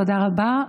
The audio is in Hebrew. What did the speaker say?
תודה רבה.